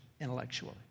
intellectually